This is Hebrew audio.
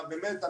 באמת,